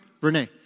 Renee